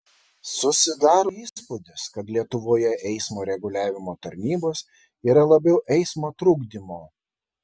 susidaro įspūdis kad lietuvoje eismo reguliavimo tarnybos yra labiau eismo trukdymo